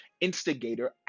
instigator